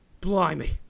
Blimey